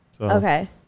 Okay